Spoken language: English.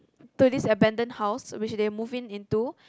to this abandoned house which they move in into